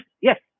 Yes